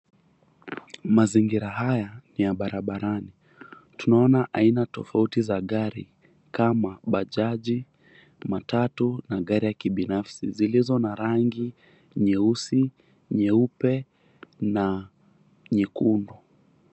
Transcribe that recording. Mazingira haya ni ya barabarani, tunaona aina tofauti za gari kama bajaji, matatu na gari ya kibinafsi zilizo na rangi nyeusi, nyeupe na nyekundu.